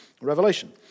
revelation